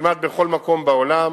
כמעט בכל מקום בעולם